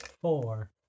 four